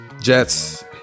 Jets